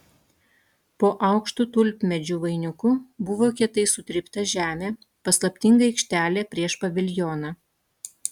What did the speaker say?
po aukštu tulpmedžių vainiku buvo kietai sutrypta žemė paslaptinga aikštelė prieš paviljoną